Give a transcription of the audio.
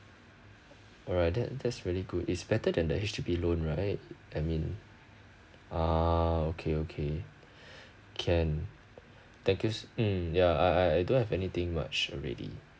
alright that that's really good is better than the H_D_B loan right I mean ah okay okay can thank you mm ya I I I don't have anything much already